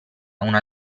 una